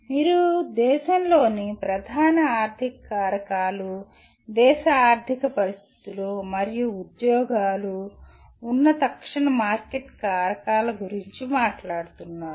మీరు దేశంలోని ప్రధాన ఆర్థిక కారకాలు దేశ ఆర్థిక పరిస్థితులు మరియు ఉద్యోగాలు ఉన్న తక్షణ మార్కెట్ కారకాల గురించి మాట్లాడుతున్నారు